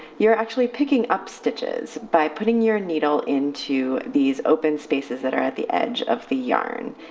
you're actually picking up stitches by putting your needle into these open spaces that are at the edge of the yarn.